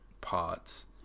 parts